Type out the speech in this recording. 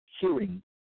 hearing